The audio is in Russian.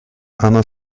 она